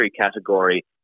category